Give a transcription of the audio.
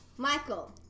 Michael